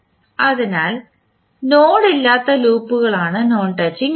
അതിനാൽ നോഡ് ഇല്ലാത്ത ലൂപ്പുകളാണ് നോൺ ടച്ചിംഗ് ലൂപ്പുകൾ